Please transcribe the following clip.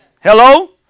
Hello